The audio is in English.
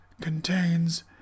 contains